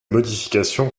modification